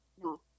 No